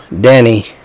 Danny